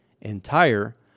entire